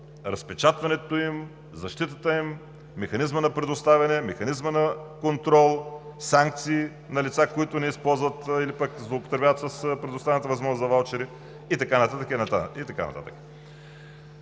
разпечатването им, защитата им, механизма на предоставяне, механизма на контрол, санкции на лица, които не използват или пък злоупотребяват с предоставената възможност за ваучери, и така нататък,